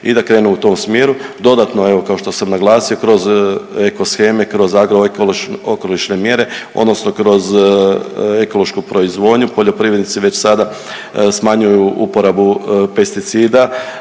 i da krenu u tom smjeru. Dodatno evo kao što sam naglasio kroz eko sheme, kroz agrookolišne mjere odnosno kroz ekološku proizvodnju poljoprivrednici već sada smanjuju uporabu pesticida,